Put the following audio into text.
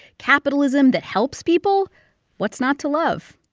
capitalism that helps people what's not to love?